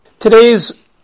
Today's